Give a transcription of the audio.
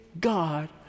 God